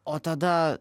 o tada